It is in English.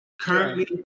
Currently